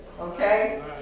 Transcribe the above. okay